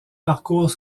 parcours